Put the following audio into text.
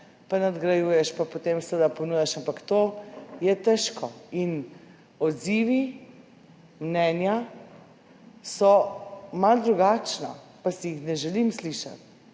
pa nadgrajuješ pa potem seveda ponujaš, ampak to je težko. Odzivi, mnenja so malo drugačna. Pa si jih ne želim slišati,